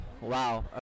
Wow